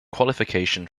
qualification